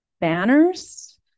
banners